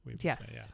Yes